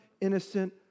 innocent